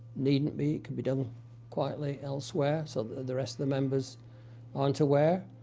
needn't be, it could be done quietly elsewhere, so the rest of the members aren't aware.